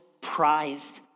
prized